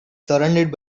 surrounded